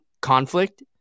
conflict